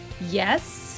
yes